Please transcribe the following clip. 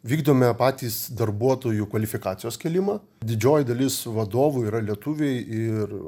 vykdome patys darbuotojų kvalifikacijos kėlimą didžioji dalis vadovų yra lietuviai ir